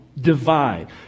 divide